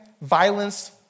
violence